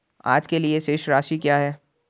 आज के लिए शेष राशि क्या है?